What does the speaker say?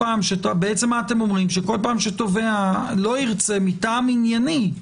אתם אומרים שכל פעם שתובע לא ירצה מטעם ענייני,